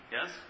Yes